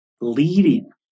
leading